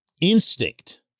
instinct